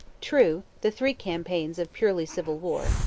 true, the three campaigns of purely civil war,